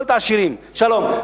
לא את העשירים, שלום.